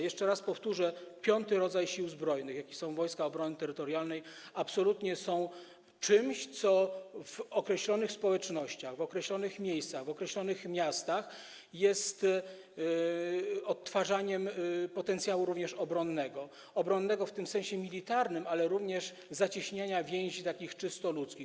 Jeszcze raz powtórzę, że piąty rodzaj Sił Zbrojnych, jakim są Wojska Obrony Terytorialnej, absolutnie jest czymś, co w określonych społecznościach, określonych miejscach, określonych miastach, jest odtwarzaniem potencjału również obronnego, obronnego w sensie militarnym, ale również zacieśniania więzi czysto ludzkich.